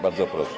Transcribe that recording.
Bardzo proszę.